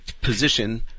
position